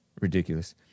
ridiculous